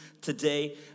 today